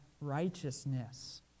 righteousness